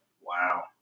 Wow